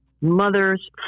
mothers